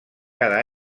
cada